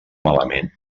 malament